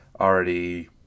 already